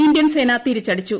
Indian സേന തിരിച്ചടിച്ചു